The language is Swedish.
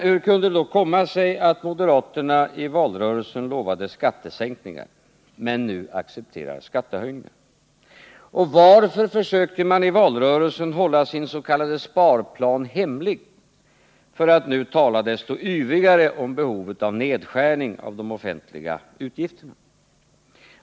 Hur kunde det då komma sig att moderaterna i valrörelsen lovade skattesänkningar men nu accepterar skattehöjningar, och varför försökte man i valrörelsen hålla sin s.k. sparplan hemlig för att nu tala desto yvigare om behovet av nedskärning av de offentliga utgifterna?